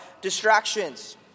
distractions